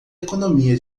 economia